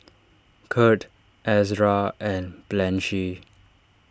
Kurt Ezra and Blanchie